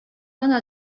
гына